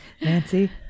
Nancy